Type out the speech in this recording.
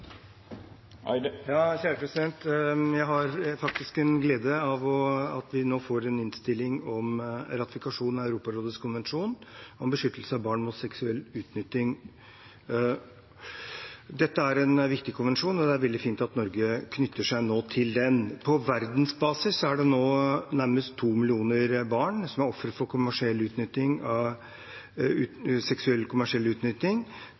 har gleden av å si at vi nå behandler en innstilling om ratifikasjon av Europarådets konvensjon om beskyttelse av barn mot seksuell utnytting. Dette er en viktig konvensjon, og det er veldig fint at Norge nå knytter seg til den. På verdensbasis er det nå nærmest to millioner barn som er ofre for kommersiell seksuell utnytting.